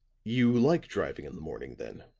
you like driving in the morning, then?